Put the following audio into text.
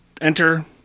enter